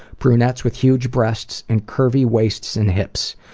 brunettes with huge breasts and curvy waists and hips.